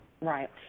Right